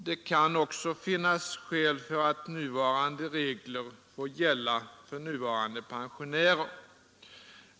Det kan också finnas skäl för att nuvarande regler får gälla för nuvarande pensionärer.